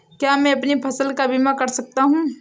क्या मैं अपनी फसल का बीमा कर सकता हूँ?